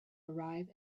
arrive